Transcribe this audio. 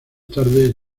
tarde